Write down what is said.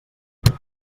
res